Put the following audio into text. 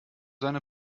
seine